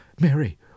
Mary